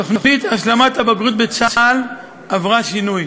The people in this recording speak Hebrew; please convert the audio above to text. תוכנית השלמת הבגרות בצה״ל עברה שינוי